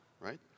right